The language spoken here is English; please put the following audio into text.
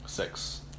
Six